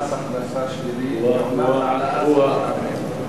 הכנסה שלילי לעומת העלאת שכר המינימום?